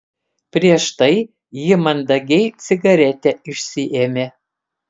prieš tai ji mandagiai cigaretę išsiėmė